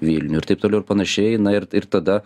vilnių ir taip toliau ir panašiai na ir ir tada